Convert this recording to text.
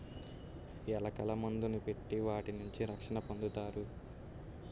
ఎలకల మందుని పెట్టి వాటి నుంచి రక్షణ పొందుతారు